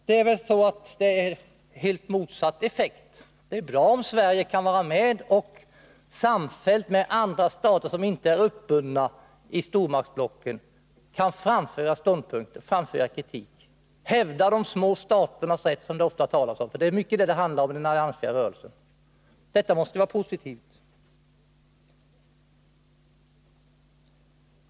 Det är väl i stället så, att effekten är den helt motsatta: det är bra om Sverige är med och, samfällt med andra stater som inte är uppbundna i stormaktsblocken, kan framföra synpunkter och kritik samt hävda de små staternas rätt, som det så ofta talas om — det är ju till stor del detta som det handlar om i den alliansfria rörelsen. Detta måste väl vara positivt.